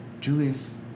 Julius